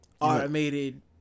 automated